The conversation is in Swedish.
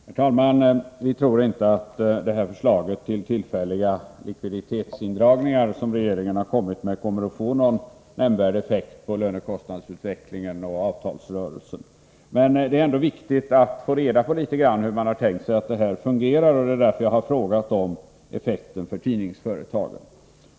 Herr talman! Vi tror att inte att det förslag till tillfälliga likviditetsindragningar som regeringen lagt fram kommer att få någon nämnvärd effekt på lönekostnadsutvecklingen och avtalsrörelsen. Men det är ändå viktigt att få reda på litet grand om hur socialdemokraterna har tänkt sig att det skall fungera, och det är därför jag har frågat om effekten för tidningsföretagen.